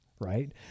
right